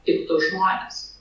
piktus žmones